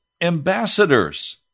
ambassadors